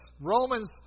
Roman's